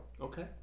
Okay